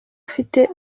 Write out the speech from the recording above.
ufite